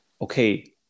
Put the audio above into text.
okay